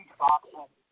boxing